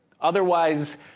otherwise